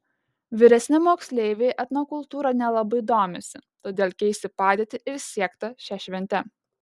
vyresni moksleiviai etnokultūra nelabai domisi todėl keisti padėtį ir siekta šia švente